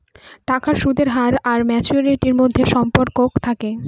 টাকার সুদের হার আর ম্যাচুরিটির মধ্যে সম্পর্ক থাকে